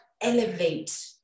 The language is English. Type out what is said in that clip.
elevate